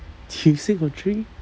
you say got three